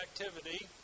activity